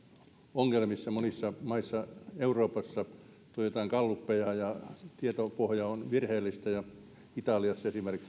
ongelmissa monissa maissa euroopassa tuotetaan gallupeja ja tietopohja on virheellistä esimerkiksi italiassa